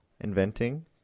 Inventing